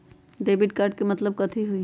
Debit card के मतलब कथी होई?